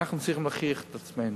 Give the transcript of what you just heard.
אנחנו צריכים להוכיח את עצמנו.